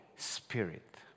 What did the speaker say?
Spirit